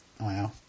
Wow